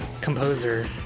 composer